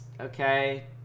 okay